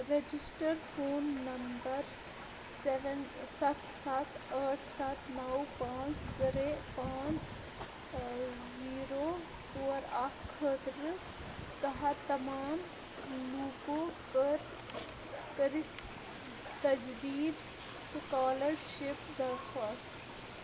register phone number seven سَتھ سَتھ ٲٹھ سَتھ نَو پانٛژھ ترٛےٚ پانٛژھ زیٖرو ژور اکھ خٲطرٕ ژَھار تمام لوٗکو کٔر کٔرِتھ تجدیٖد سُکالرشِپ درخواست